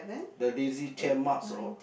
the lazy chair marks or